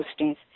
postings